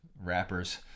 rappers